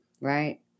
Right